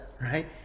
right